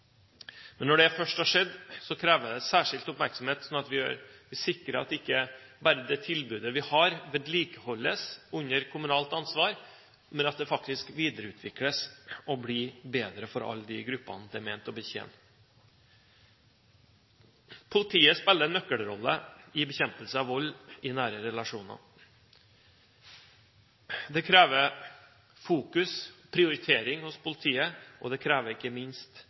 Men når det først har skjedd, krever det særskilt oppmerksomhet for å sikre at det tilbudet vi har, ikke bare vedlikeholdes under kommunalt ansvar, men at det faktisk videreutvikles og blir bedre for alle de gruppene det er ment å betjene. Politiet spiller en nøkkelrolle i bekjempelse av vold i nære relasjoner. Det krever fokus, prioritering hos politiet, og det krever ikke minst